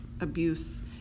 abuse